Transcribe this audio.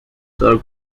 sir